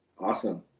Awesome